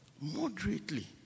Moderately